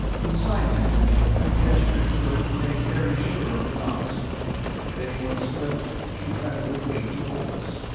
in sign-language i gestured to her to make very sure of the knots if anyone slipped, she hadn't the weight to hold us.